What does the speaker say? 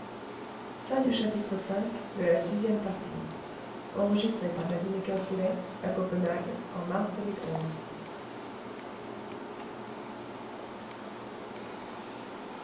fondirent en masse sur